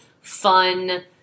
fun